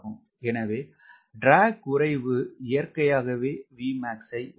எனவே ட்ராக் குறைவு இயற்கையாகவே Vmax உயரும்